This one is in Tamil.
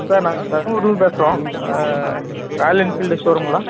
சார் நாங்கள் பெங்களூலேந்து பேசுகிறோம் ராயல் என்ஃபீல்ட் ஷோ ரூம்ங்களா